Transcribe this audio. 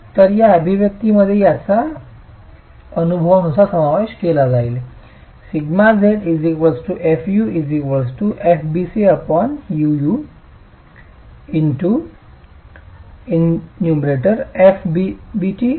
तर या अभिव्यक्तीमध्ये याचा अनुभवानुसार समावेश केला गेला